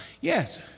Yes